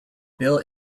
bill